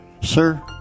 Sir